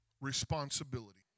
responsibility